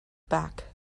back